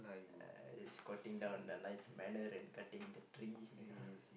uh he's squatting down in a nice manner and cutting the tree